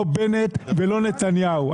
לא בנט ולא נתניהו.